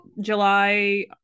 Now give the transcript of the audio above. July